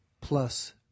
plus